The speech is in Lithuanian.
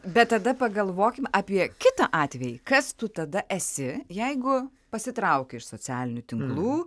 bet tada pagalvokim apie kitą atvejį kas tu tada esi jeigu pasitrauki iš socialinių tinklų